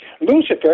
Lucifer